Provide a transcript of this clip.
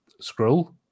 scroll